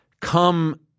Come